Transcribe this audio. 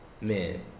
men